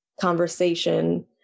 conversation